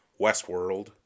Westworld